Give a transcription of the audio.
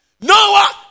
Noah